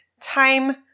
time